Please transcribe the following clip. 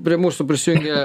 prie mūsų prisijungė